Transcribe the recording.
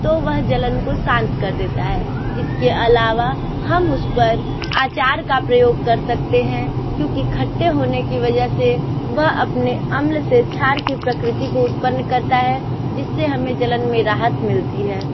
तो वह जलन को शांत कर देता है इसके अलावा हम उस पर आचार का प्रयोग कर सकते हैं क्योंकि खट्टे होने की वजह से वह अपने अम्ल से छार की प्रकृति को उत्पन्न करता है जिस से हमें जलन में राहत मिलती है